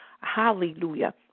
Hallelujah